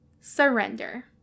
surrender